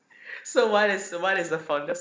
so what is the what is the fondest